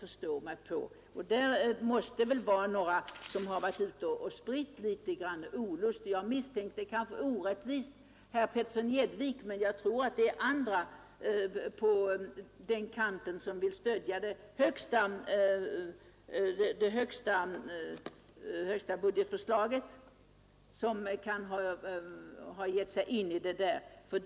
På något sätt måste väl denna olust ha skapats. Jag misstänkte kanske orättvist herr Petersson i Gäddvik, men det finns andra bland dem som vill stödja det högsta budgetförslaget som kan ha haft ett finger med i spelet.